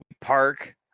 park